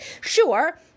sure